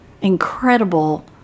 incredible